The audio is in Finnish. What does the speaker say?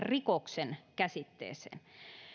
rikoksen käsitteeseen